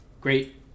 Great